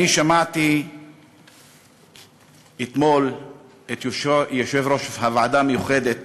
אני שמעתי אתמול את יושב-ראש הוועדה המיוחדת